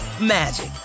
magic